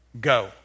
Go